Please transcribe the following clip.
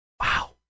wow